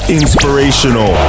inspirational